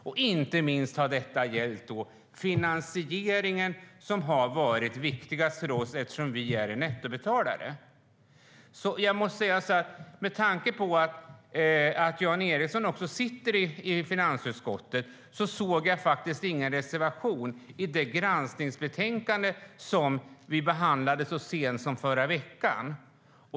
Det har gällt inte minst finansieringen, som varit det viktigaste för oss eftersom vi är nettobetalare. Jan Ericson sitter i finansutskottet, men jag såg ingen reservation i det granskningsbetänkande vi behandlade så sent som i förra veckan.